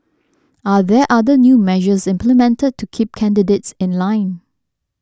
are there other new measures implemented to keep candidates in line